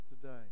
today